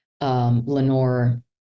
Lenore